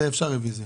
על זה אפשר רביזיה.